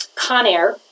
Conair